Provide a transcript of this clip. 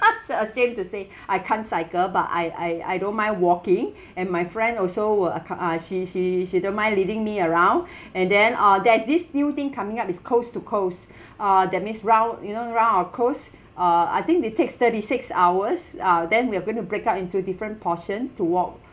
such a shame to say I can't cycle but I I I don't mind walking and my friend also will accom~ uh she she she don't mind leading me around and then uh there is this new thing coming up it's coast-to-coast uh that means round you know round our coast uh I think they takes thirty six hours ah then we are going to break up into different portion to walk